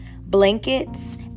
blankets